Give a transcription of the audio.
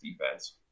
defense